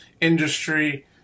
industry